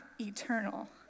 eternal